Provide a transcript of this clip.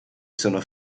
sono